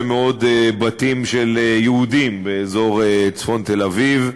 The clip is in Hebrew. מאוד בתים של יהודים באזור צפון תל-אביב,